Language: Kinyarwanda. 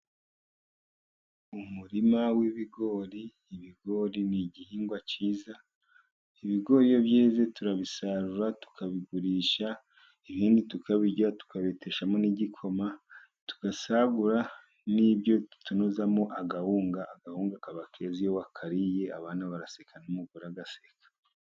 Umurima w'ibigori, ibigori ni igihingwa cyiza ibigo iyo byeze turabisarura, tukabigurisha ,ibindi tukabirya, tukabiteshamo n'igikoma ,tugasagura n'ibyo tunozamo agahunga, agahunga kaba keze, iyo wakariye abana baraseka, umugore agaseka.